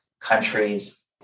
countries